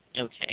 Okay